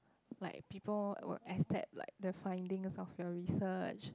like people would accept like the findings of your research